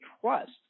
trust